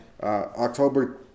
October